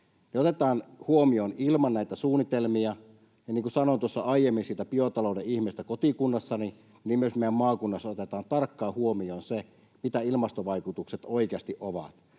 otetaan huomioon ilman näitä suunnitelmia, ja niin kuin sanoin tuossa aiemmin siitä biotalouden ihmeestä kotikunnassani, niin myös meidän maakunnassa otetaan tarkkaan huomioon se, mitä ilmastovaikutukset oikeasti ovat.